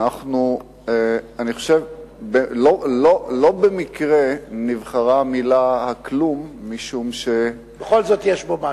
אני חושב שלא במקרה נבחרה המלה "כלום" בכל זאת יש בו משהו.